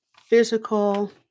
physical